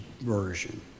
Version